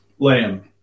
Liam